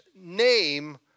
name